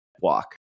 walk